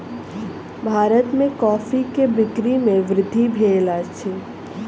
भारत में कॉफ़ी के बिक्री में वृद्धि भेल अछि